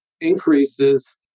increases